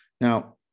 Now